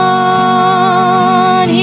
on